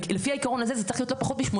לפי העיקרון הזה זה צריך להיות לא פחות מ-80%.